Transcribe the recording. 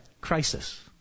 Crisis